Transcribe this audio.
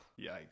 Yikes